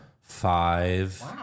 Five